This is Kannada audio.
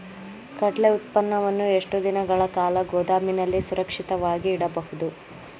ಕಡ್ಲೆ ಉತ್ಪನ್ನವನ್ನು ಎಷ್ಟು ದಿನಗಳ ಕಾಲ ಗೋದಾಮಿನಲ್ಲಿ ಸುರಕ್ಷಿತವಾಗಿ ಇಡಬಹುದು?